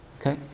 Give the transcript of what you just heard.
Okay